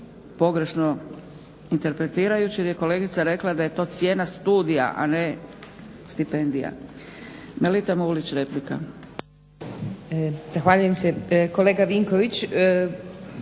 pogrešno interpretirajući jer je kolegica rekla da je to cijena studija a ne stipendija. Melita Mulić replika. **Mulić, Melita (SDP)**